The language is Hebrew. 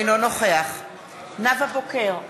אינו נוכח נאוה בוקר,